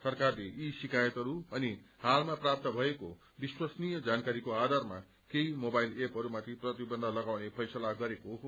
सरकारलेयी शिक्रयतहरू अनि हालमा प्राप्त भएको विश्वसनीय जानकारीको आधारमा केही मोबाइल एपहरूमाथि प्रतिबन्ध लगाउने फैसला गरेको हो